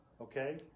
Okay